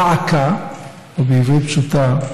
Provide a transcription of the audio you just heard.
דא עקא, ובעברית פשוטה,